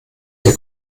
der